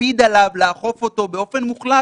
לאכוף אותו באופן מוחלט.